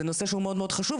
זה נושא שהוא מאוד-מאוד חשוב,